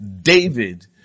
David